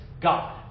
God